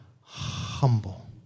humble